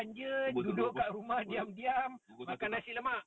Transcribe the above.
duduk